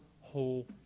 whole